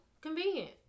convenient